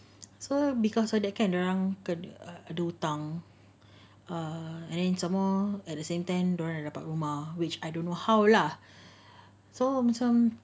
so because of that kan dorang kena ada hutang and then some more at the same time dorang nak dapat rumah which I don't know how lah so macam